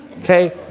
okay